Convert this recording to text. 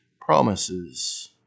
promises